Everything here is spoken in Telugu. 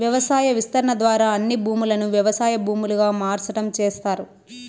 వ్యవసాయ విస్తరణ ద్వారా అన్ని భూములను వ్యవసాయ భూములుగా మార్సటం చేస్తారు